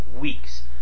weeks